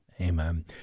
Amen